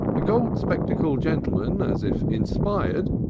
the gold-spectacled gentleman, as if inspired,